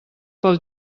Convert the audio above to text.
pel